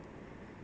mm hmm